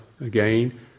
again